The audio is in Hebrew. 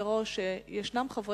אני אומר מראש למען ההגינות שיש חברי